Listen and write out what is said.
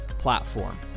platform